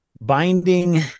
Binding